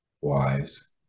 wise